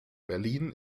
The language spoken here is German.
berlin